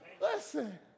listen